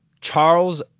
Charles